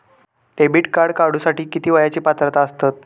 Debit card काढूसाठी किती वयाची पात्रता असतात?